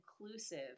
inclusive